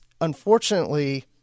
unfortunately